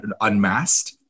unmasked